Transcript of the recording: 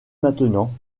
maintenant